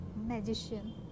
magician